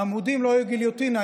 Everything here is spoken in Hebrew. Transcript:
העמודים לא יהיו גליוטינה,